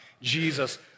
Jesus